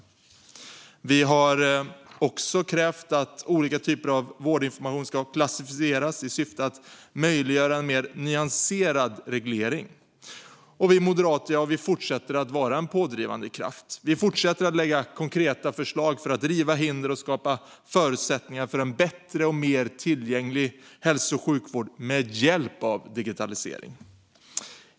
Dessutom har vi krävt att olika typer av vårdinformation ska klassificeras i syfte att möjliggöra en mer nyanserad reglering. Vi moderater fortsätter att vara en pådrivande kraft. Vi fortsätter att lägga fram konkreta förslag för att riva hinder och skapa förutsättningar för en bättre och mer tillgänglig hälso och sjukvård med hjälp av digitalisering.